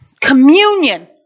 communion